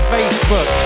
Facebook